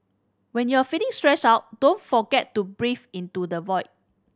when you are feeling stressed out don't forget to breathe into the void